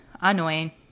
annoying